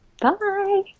Bye